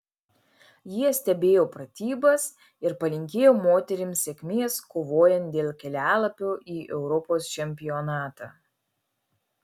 jie stebėjo pratybas ir palinkėjo moterims sėkmės kovojant dėl kelialapio į europos čempionatą